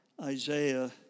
Isaiah